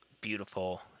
beautiful